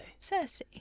Cersei